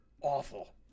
awful